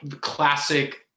classic